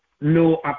no